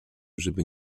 żeby